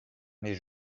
mais